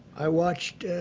i watched